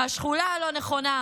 מהשכונה הלא-נכונה,